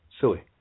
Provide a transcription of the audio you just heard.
Silly